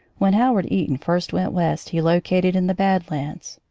when howard eaton first went west he located in the bad lands.